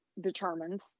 determines